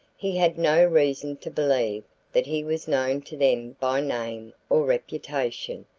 he had no reason to believe that he was known to them by name or reputation,